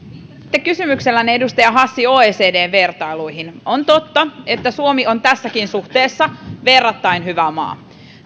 viittasitte kysymyksellänne edustaja hassi oecdn vertailuihin on totta että suomi on tässäkin suhteessa verrattain hyvä maa